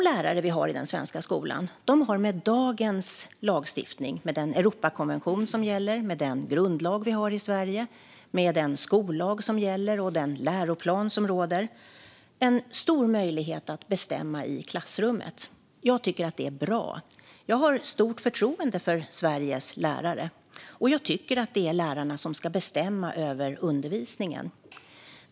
Lärarna i den svenska skolan har med dagens lagstiftning, med gällande Europakonvention, med Sveriges grundlag, med gällande skollag och med rådande läroplan en stor möjlighet att bestämma i klassrummet. Jag tycker att det är bra. Jag har stort förtroende för Sveriges lärare, och jag tycker att det är lärarna som ska bestämma över undervisningen.